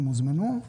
הם הוזמנו?